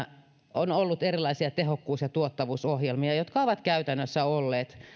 on ollut erilaisia tehokkuus ja tuottavuusohjelmia jotka ovat käytännössä olleet